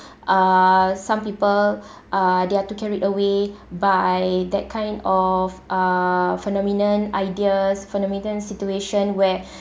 uh some people uh they are too carried away by that kind of uh phenomenon ideas phenomenon situation where